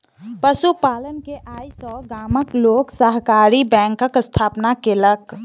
पशु पालन के आय सॅ गामक लोक सहकारी बैंकक स्थापना केलक